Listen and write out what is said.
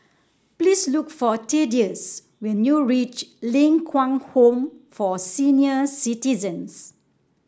please look for Thaddeus when you reach Ling Kwang Home for Senior Citizens